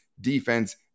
defense